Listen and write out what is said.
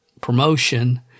promotion